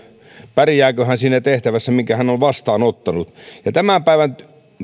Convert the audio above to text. pärjääkö hän siinä tehtävässä minkä hän on vastaanottanut tämän päivän